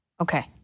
Okay